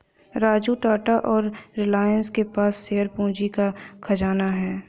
राजू टाटा और रिलायंस के पास शेयर पूंजी का खजाना है